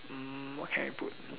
mm what can I put